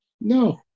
No